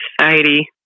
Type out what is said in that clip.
Society